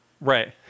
Right